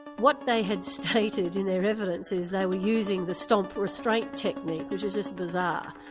what they had stated in their evidence is they were using the stomp restraint technique, which is just bizarre.